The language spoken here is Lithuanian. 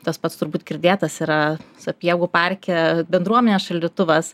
tas pats turbūt girdėtas yra sapiegų parke bendruomenės šaldytuvas